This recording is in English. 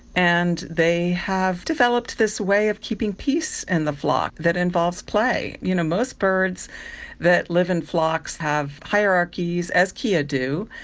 and they have developed this way of keeping peace in and the flock that involves play. you know most birds that live in flocks have hierarchies, as kea ah do,